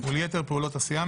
וליתר פעולות הסיעה.